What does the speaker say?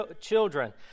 children